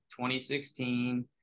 2016